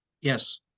Yes